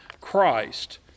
Christ